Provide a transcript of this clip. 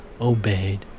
obeyed